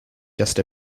just